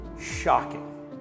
Shocking